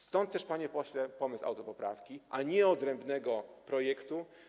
Stąd, panie pośle, pomysł autopoprawki, a nie odrębnego projektu.